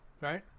right